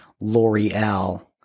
L'Oreal